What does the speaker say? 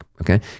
Okay